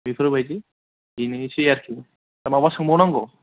बेफोरबायदि बेनोसै आरोखि माबा सोंबावनांगौ